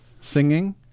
singing